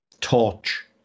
torch